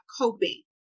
coping